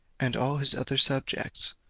and all his other subjects,